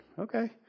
okay